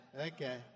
Okay